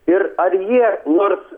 ir ar jie nors